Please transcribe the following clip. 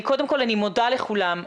קודם כל אני מודה לכולם.